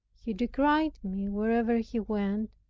he decried me wherever he went,